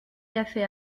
café